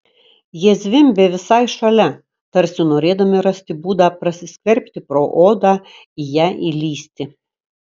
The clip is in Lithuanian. jie zvimbė visai šalia tarsi norėdami rasti būdą prasiskverbti pro odą į ją įlįsti